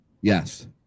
Yes